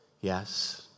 Yes